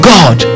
God